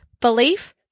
belief